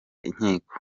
inkiko